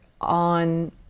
on